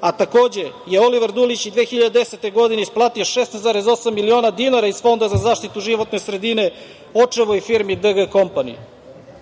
a takođe je Oliver Dulić i 2010. godine isplatio 16,8 miliona dinara iz Fonda za zaštitu životne sredine očevoj firmi "DG kompani".Tako